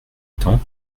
temps